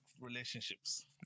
relationships